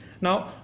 Now